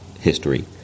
history